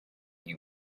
you